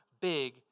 big